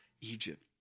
Egypt